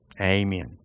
Amen